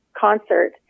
concert